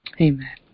Amen